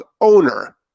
owner